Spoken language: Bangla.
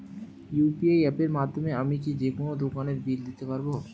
ইউ.পি.আই অ্যাপের মাধ্যমে আমি কি যেকোনো দোকানের বিল দিতে পারবো?